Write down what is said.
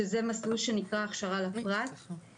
שזה מסלול שנקרא הכשרה לפרט.